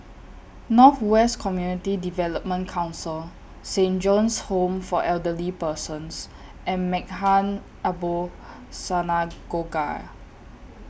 North West Community Development Council Saint John's Home For Elderly Persons and Maghain Aboth Synagogue